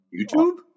YouTube